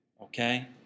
okay